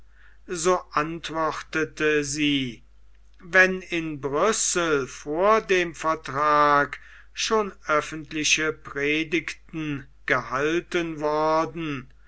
so antwortete sie wenn in brüssel vor dem vertrage schon öffentliche predigten gehalten worden